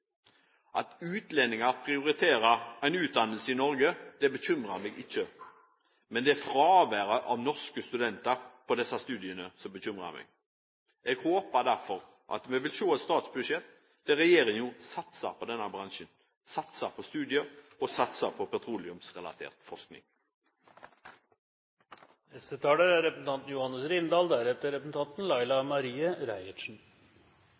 At utlendinger prioriterer en utdannelse i Norge, bekymrer meg ikke. Men det er fraværet av norske studenter på disse studiene som bekymrer meg. Jeg håper derfor at vi vil se et statsbudsjett der regjeringen satser på denne bransjen, satser på studier og satser på petroleumsrelatert